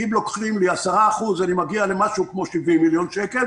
לוקחים לי 10% אני מגיע למשהו כמו 70 מיליון שקל,